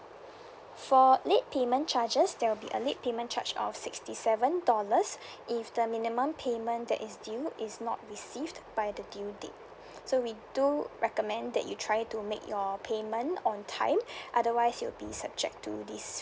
for late payment charges there will be a late payment charge of sixty seven dollars if the minimum payment that is due is not received by the due date so we do recommend that you try to make your payment on time otherwise you'll be subject to this